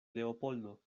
leopoldo